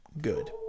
good